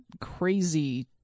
crazy